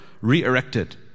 re-erected